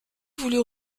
voulu